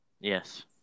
Yes